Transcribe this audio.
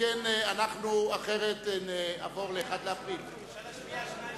שכן אחרת נעבור ל-1 באפריל.